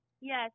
Yes